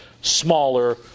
smaller